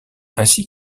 ainsi